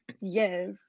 Yes